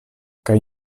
kaj